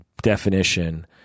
definition